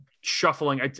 shuffling